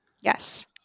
Yes